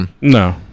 no